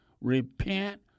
repent